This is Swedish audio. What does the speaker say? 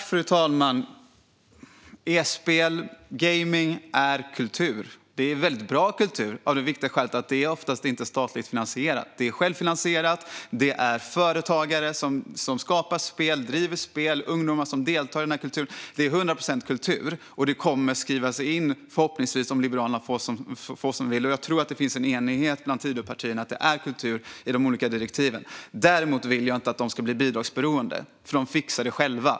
Fru talman! E-spel, gaming, är kultur. Det är väldigt bra kultur av det viktiga skälet att det oftast inte är statligt finansierat. Det är självfinansierat. Det är företagare som skapar spel och driver spel, och det är ungdomar som deltar i denna kultur. Det är hundra procent kultur. Om Liberalerna förhoppningsvis får som vi vill - och jag tror att det finns en enighet bland Tidöpartierna - kommer det att skrivas in i de olika direktiven att detta är kultur. Däremot vill jag inte att verksamheten ska bli bidragsberoende, för de fixar det själva.